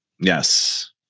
Yes